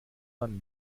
man